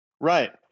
right